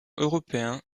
européen